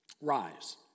Rise